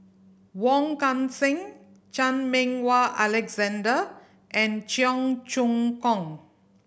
Wong Kan Seng Chan Meng Wah Alexander and Cheong Choong Kong